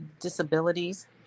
disabilities